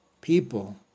people